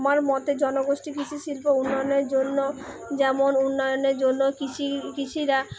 আমার মতে জনগোষ্ঠী কৃষি শিল্প উন্নয়নের জন্য যেমন উন্নয়নের জন্য কৃষি কৃষিরা